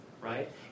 right